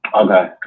Okay